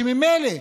כשממילא